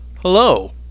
Hello